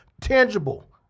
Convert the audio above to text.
tangible